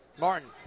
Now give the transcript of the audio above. Martin